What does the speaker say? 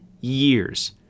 years